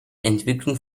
entwicklung